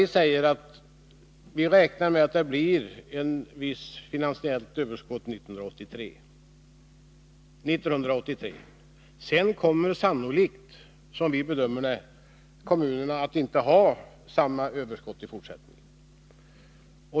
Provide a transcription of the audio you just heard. Vi säger att vi räknar med att det blir ett visst finansiellt överskott 1983. Sedan kommer sannolikt, som vi bedömer det, kommunerna inte att ha samma överskott i fortsättningen.